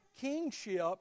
kingship